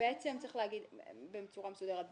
צריך לומר בצורה מסודרת.